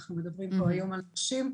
ואנחנו מדברים פה היום על נשים,